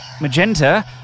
Magenta